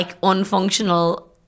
unfunctional